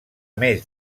més